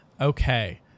Okay